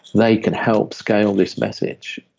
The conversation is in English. they can help scale this message,